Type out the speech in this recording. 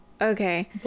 okay